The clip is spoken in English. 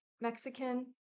Mexican